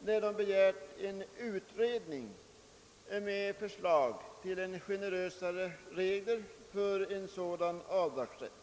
när de har begärt en utredning med förslag till generösare regler för en sådan avdragsrätt.